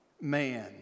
man